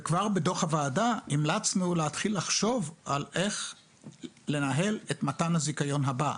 וכבר בדוח הוועדה המלצנו להתחיל לחשוב על איך לנהל את מתן הזיכיון הבא,